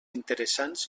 interessants